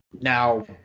Now